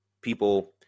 People